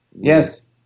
Yes